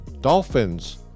Dolphins